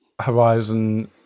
Horizon